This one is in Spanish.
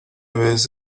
vez